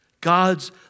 God's